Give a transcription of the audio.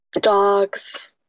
Dogs